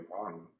on